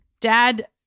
Dad